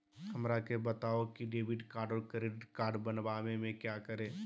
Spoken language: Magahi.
हमरा के बताओ की डेबिट कार्ड और क्रेडिट कार्ड बनवाने में क्या करें?